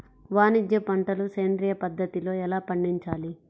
వాణిజ్య పంటలు సేంద్రియ పద్ధతిలో ఎలా పండించాలి?